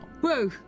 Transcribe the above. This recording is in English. Whoa